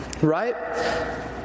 Right